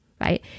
right